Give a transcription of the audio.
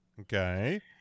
Okay